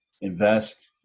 invest